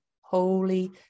holy